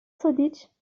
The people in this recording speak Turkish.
tadiç